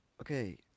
Okay